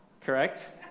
Correct